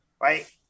right